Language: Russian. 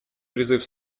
призыв